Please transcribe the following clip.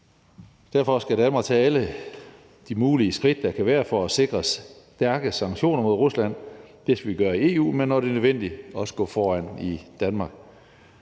Derfor skal Danmark tage alle de mulige skridt, der kan være for at sikre stærke sanktioner mod Rusland. Det skal vi gøre i EU, men når det er nødvendigt også gå foran i Danmark.